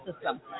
system